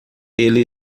ele